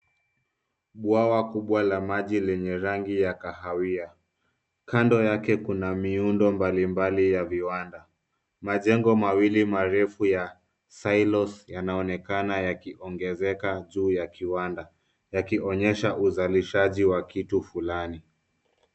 Bwawa kubwa la maji lenye rangi ya kahawia. Kando yake kuna miundo mbali mbali ya viwanda. Majengo mawili marefu ya silos yanaonekana yakiongezeka juu ya kiwanda. Yakionyesha uzalishaji wa kitu fulani.